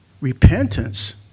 Repentance